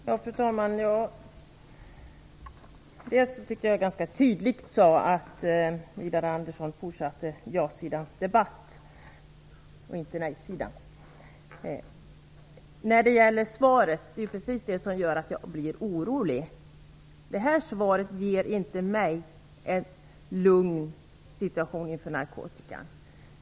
Fru talman! Jag tycker att jag ganska tydligt sade att Widar Andersson fortsatte ja-sidans debatt och inte nej-sidans. Det är ju svaret som gör att jag blir orolig. Det här svaret gör inte mig lugn inför narkotikasituationen.